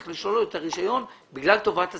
צריך לשלול לו את הרישיון בגלל טובת הציבור.